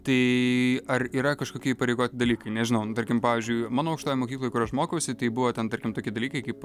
tai ar yra kažkokie įpareigoti dalykai nežinau nu tarkim pavyzdžiui mano aukštojoj mokykloj kur aš mokiausi tai buvo ten tarkim tokie dalykai kaip